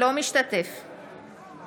אינו משתתף בהצבעה